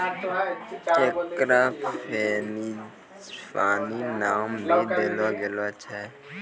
एकरा फ़्रेंजीपानी नाम भी देलो गेलो छै